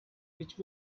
which